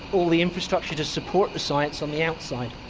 all the infrastructure to support the science on the outside,